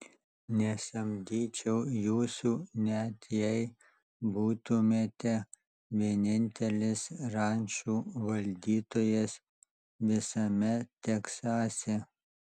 nesamdyčiau jūsų net jei būtumėte vienintelis rančų valdytojas visame teksase